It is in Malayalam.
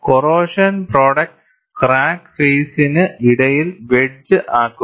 കോറോഷൻ പ്രോഡക്ട്സ് ക്രാക്ക് ഫേയിസെസ്സിനു ഇടയിൽ വെഡ്ജ്ഡ് ആകുന്നു